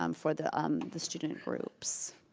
um for the um the student groups.